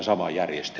arvoisa puhemies